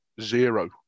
zero